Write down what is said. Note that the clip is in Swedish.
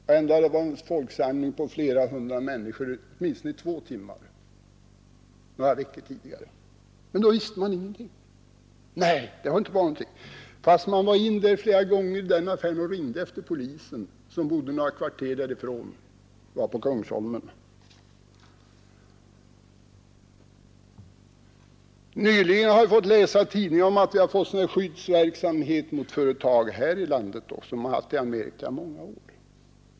Ändå hade det under åtminstone två timmar några veckor tidigare varit en folksamling på flera hundra människor. Man visste ingenting, nej, det hade inte varit någonting, trots att man varit inne flera gånger i affären för att ringa efter polisen, som fanns några kvarter därifrån. Det hände på Kungsholmen. Nyligen har vi i tidningarna fått läsa om att vi även här i landet fått samma ”skyddsverksamhet” som man haft i Amerika under många år.